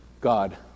God